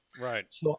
Right